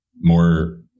more